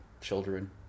children